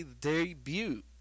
debut